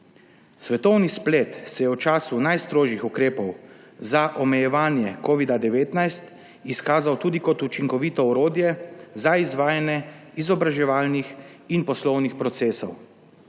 Svetovni splet se je v času najstrožjih ukrepov za omejevanje covida-19 izkazal tudi kot učinkovito orodje za izvajanje izobraževalnih in poslovnih procesov.